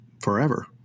forever